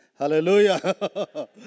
Hallelujah